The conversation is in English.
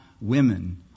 women